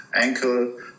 ankle